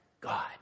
God